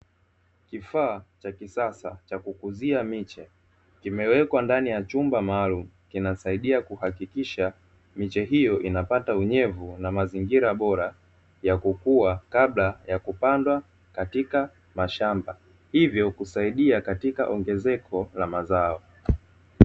Kifaa cha kisasa cha kukuzia miche kimewekwa ndani ya chumba maalumu kinasaidia kuhakikisha miche hiyo inapata unyevu na mazingira bora ya kukua kabla ya kupandwa katika mashamba, hivyo husaidia katika ongezeko la mazao.